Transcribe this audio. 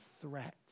threat